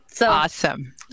Awesome